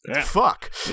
Fuck